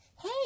hey